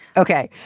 okay.